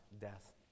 death